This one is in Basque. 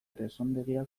presondegia